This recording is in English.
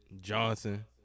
Johnson